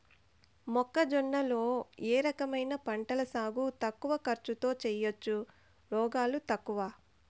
మొక్కజొన్న లో ఏ రకమైన పంటల సాగు తక్కువ ఖర్చుతో చేయచ్చు, రోగాలు తక్కువ?